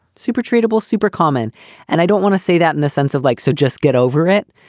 super treatable, super common and i don't want to say that in the sense of like so just get over it.